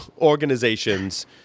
organizations